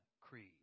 Creed